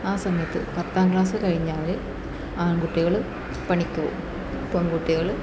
ആ സമയത്ത് പത്താം ക്ലാസ് കഴിഞ്ഞാൽ ആൺകുട്ടികൾ പണിക്കുപോകും പെൺകുട്ടികൾ